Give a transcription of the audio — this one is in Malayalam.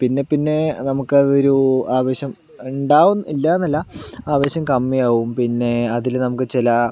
പിന്നെ പിന്നെ നമുക്കതൊരു ആവശ്യം ഉണ്ടാവും ഇല്ലാന്നല്ല ആവേശം കമ്മിയാകും പിന്നെ അതില് നമുക്ക് ചില